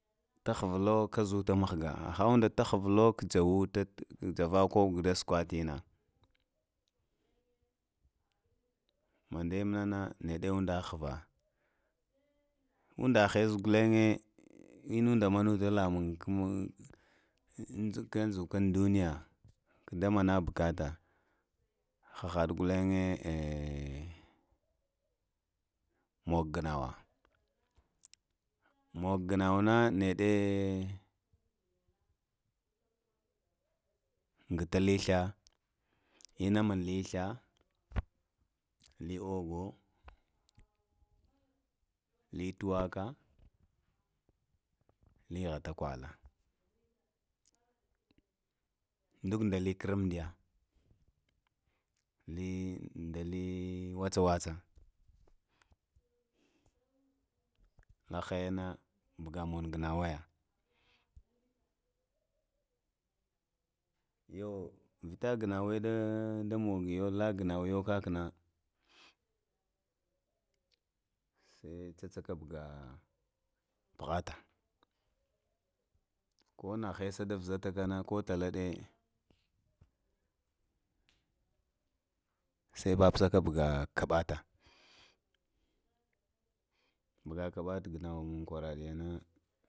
Ta ghuwo ka zo ta mghga ha ha onda ta ghvulo kanawata mughga ha ha onda to ghvulo ka yawatalo javə koɓo to səkwata mandaya munana neɗe onda ghva ənda haisa ghulanzhe inunda manuta lamuny kume in dzun kumi duniya kudamuna ɓukata ha ha ɗe gulinŋe mogo ghanawa mogo ghanawa na neɗe nghatali gla, inna mun lee sla, lee ogo lee tawaka, lee ghotakwala dukdali kara umdiyave da lee wala wala lahayana buga manugana waya, yo vita ghanawa da da mugoyo la ghanawaya kakana sai cacakah buga puvata ko na haisa da pahatakana, ko tala ɗe, sai papasaka bugaka ɓate bugakaɓate ghana wa mun kwardŋ taɗa ywo.